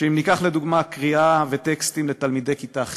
שאם ניקח, לדוגמה, קריאה וטקסטים לתלמידי כיתה ח',